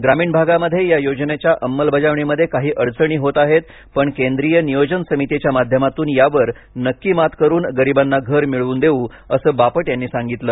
ग्रामीण भागामध्ये या योजनेच्या अंमलबजावणीमध्ये काही अडचणी होत आहेत पण केंद्रीय नियोजन समितीच्या माध्यमातून यावर नक्की मात करून गरिबांना घर मिळवून देऊ असं बापट यांनी सांगितलं